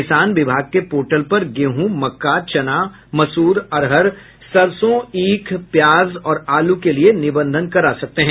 किसान विभाग के पोर्टल पर गेहूँ मक्का चना मसूर अरहर सरसों ईख प्याज और आलू के लिए निबंधन करा सकते हैं